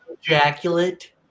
ejaculate